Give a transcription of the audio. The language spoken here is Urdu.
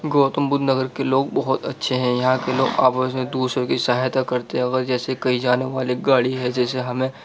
گوتم بدھ نگر کے لوگ بہت اچھے ہیں یہاں کے لوگ آپس میں دوسرے کی سہایتا کرتے ہیں اگر جیسے کہیں جانے والے گاڑی ہے جیسے ہمیں